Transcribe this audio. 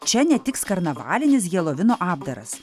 čia netiks karnavalinis helovino apdaras